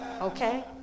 okay